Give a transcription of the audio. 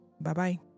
Bye-bye